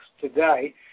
today